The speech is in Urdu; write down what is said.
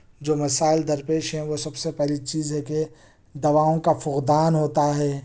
جو مسائل درپیش ہیں وہ سب سے پہلی چیز ہے کہ دواؤں کا فقدان ہوتا ہے